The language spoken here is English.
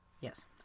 yes